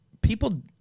people